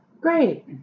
great